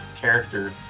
character